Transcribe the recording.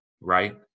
right